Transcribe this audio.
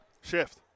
Shift